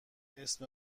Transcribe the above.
اسم